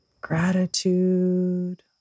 gratitude